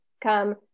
come